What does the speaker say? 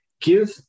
give